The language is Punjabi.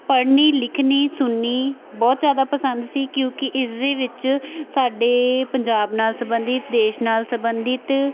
ਪੜ੍ਹਨੀ ਲਿਖਣੀ ਸੁਣਨੀ ਬਹੁਤ ਜ਼ਿਆਦਾ ਪਸੰਦ ਸੀ ਕਿਉਂਕਿ ਇਸਦੇ ਵਿੱਚ ਸਾਡੇ ਪੰਜਾਬ ਨਾਲ ਸਬੰਧਿਤ ਦੇਸ਼ ਨਾਲ ਸਬੰਧਿਤ